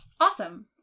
Awesome